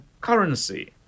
currency